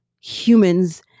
humans